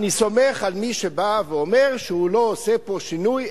אני סומך על מי שבא ואומר שהוא לא עושה פה שינוי,